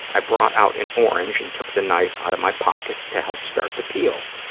i brought out an orange and took the knife out of my pocket to help start the peel.